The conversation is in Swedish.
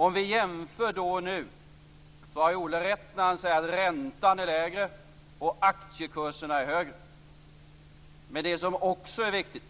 Om vi jämför då och nu har Olle rätt när han säger att räntan är lägre och aktiekurserna högre. Det som också är viktigt